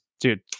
Dude